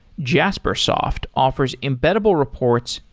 jaspersoft offers embeddable reports,